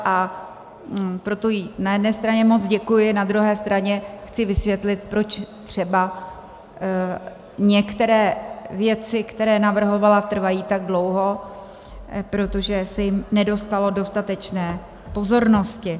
A proto jí na jedné straně moc děkuji, na druhé straně chci vysvětlit, proč třeba některé věci, které navrhovala, trvají tak dlouho protože se jim nedostalo dostatečné pozornosti.